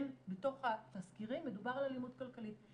בתוך התזכירים מדובר על אלימות כלכלית.